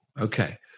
okay